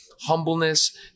humbleness